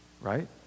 right